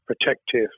protective